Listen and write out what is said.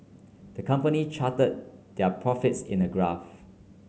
the company charted their profits in a graph